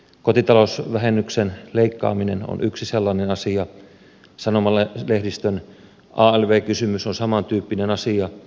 kotitalousvähennyksen leikkaaminen on yksi sellainen asia sanomalehdistön alv kysymys on samantyyppinen asia